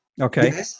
Okay